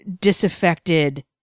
disaffected